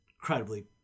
incredibly